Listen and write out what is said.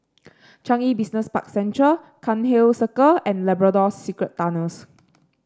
Changi Business Park Central Cairnhill Circle and Labrador Secret Tunnels